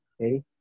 Okay